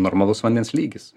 normalus vandens lygis